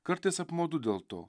kartais apmaudu dėl to